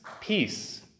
peace